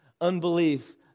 Unbelief